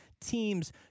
teams